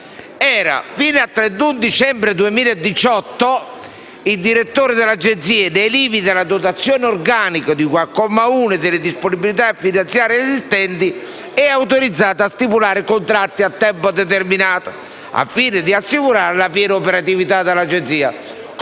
«Fino al 31 dicembre 2018, il Direttore dell'Agenzia, nei limiti della dotazione organica, di cui al comma 1 e delle disponibilità finanziarie esistenti, è autorizzato a stipulare contratti a tempo determinato, al fine di assicurare la piena operatività dell'Agenzia».